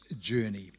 journey